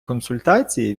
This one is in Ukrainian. консультації